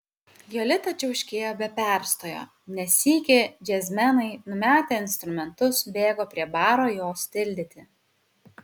jolita čiauškėjo be perstojo ne sykį džiazmenai numetę instrumentus bėgo prie baro jos tildyti